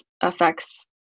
affects